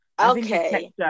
Okay